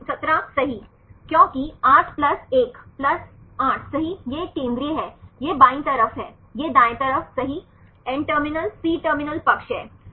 17 सही क्योंकि 8 plus 1 plus 8 सही यह एक केंद्रीय है यह बाईं तरफ है यह दाएं तरफ सही N टर्मिनल C टर्मिनल पक्ष है